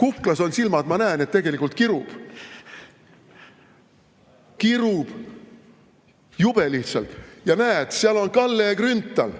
Kuklas on silmad, ma näen, et tegelikult kirub. Kirub! Jube lihtsalt. Ja näed, seal on Kalle Grünthal.